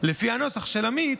לפי הנוסח של עמית,